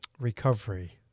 recovery